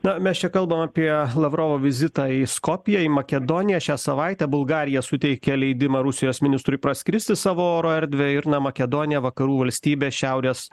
na mes čia kalbam apie lavrovo vizitą į skopję į makedoniją šią savaitę bulgarija suteikia leidimą rusijos ministrui praskristi savo oro erdvę ir na makedonija vakarų valstybė šiaurės